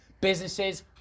businesses